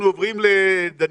אנחנו עוברים למשה